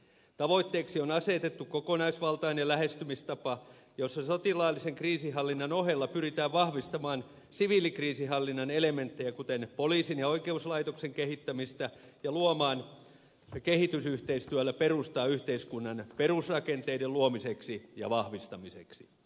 tavoitteeksi on asetettu kokonaisvaltainen lähestymistapa jossa sotilaallisen kriisinhallinnan ohella pyritään vahvistamaan siviilikriisinhallinnan elementtejä kuten poliisin ja oikeuslaitoksen kehittämistä ja luomaan kehitysyhteistyöllä perustaa yhteiskunnan perusrakenteiden luomiseksi ja vahvistamiseksi